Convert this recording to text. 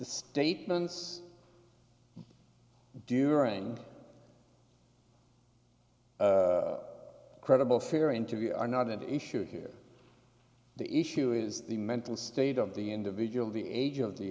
statements during credible fear interview are not at issue here the issue is the mental state of the individual the age of the